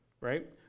right